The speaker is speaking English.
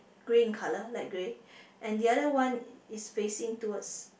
grey in colour light grey and the other one is facing towards